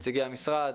נציגי המשרד,